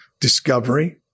Discovery